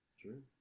True